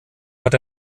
hat